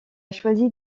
choisi